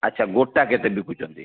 ଆଚ୍ଛା ଗୋଟା କେତେ ବିକୁଛନ୍ତି